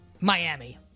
Miami